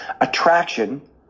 attraction